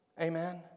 Amen